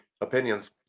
opinions